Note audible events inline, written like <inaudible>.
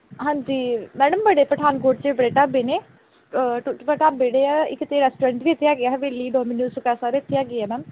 ਹਾਂਜੀ ਮੈਡਮ ਬੜੇ ਪਠਾਨਕੋਟ 'ਚ ਬੜੇ ਢਾਬੇ ਨੇ <unintelligible> ਢਾਬੇ ਜਿਹੜੇ ਆ ਇੱਕ ਤਾਂ ਰੈਸਟੋਰੈਂਟ ਵੀ ਇੱਥੇ ਹੈਗੇ ਹੈ ਹਵੇਲੀ ਡੋਮੀਨੋਜ਼ <unintelligible> ਸਾਰੇ ਇੱਥੇ ਹੈਗੇ ਆ ਮੈਮ